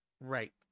Right